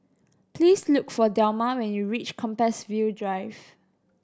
please look for Delma when you reach Compassvale Drive